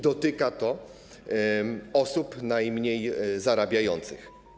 Dotyka to osób najmniej zarabiających.